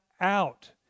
out